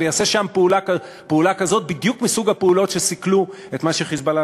ויעשה שם פעולה כזאת בדיוק מסוג הפעולות שסיכלו את מה ש"חיזבאללה"